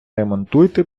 ремонтуйте